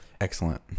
excellent